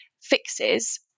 fixes